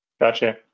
Gotcha